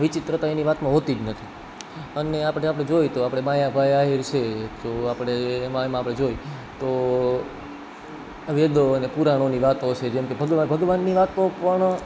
વિચિત્રતા એની વાતમાં હોતી જ નથી અને આપણે આપણે જોઈએ તો આપણે માયાભાઈ આહીર છે તો આપણે એમાં એમાં આપણે જોઈએ તો વેદો અને પુરાણોની વાતો હશે જેમ કે ભગવા ભગવાનની વાતો પણ